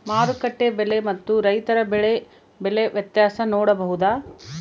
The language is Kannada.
ಮಾರುಕಟ್ಟೆ ಬೆಲೆ ಮತ್ತು ರೈತರ ಬೆಳೆ ಬೆಲೆ ವ್ಯತ್ಯಾಸ ನೋಡಬಹುದಾ?